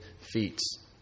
feats